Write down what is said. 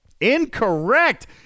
Incorrect